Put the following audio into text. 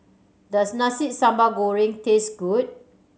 does Nasi Sambal Goreng taste good